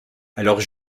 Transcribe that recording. alors